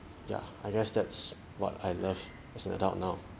ya I guess that's what I love as an adult now